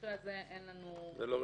במקרה הזה אין לנו בעיה,